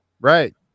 Right